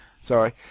Sorry